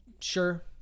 Sure